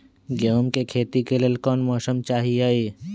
गेंहू के खेती के लेल कोन मौसम चाही अई?